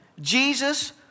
Jesus